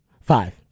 Five